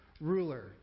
ruler